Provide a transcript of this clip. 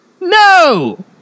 No